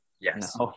Yes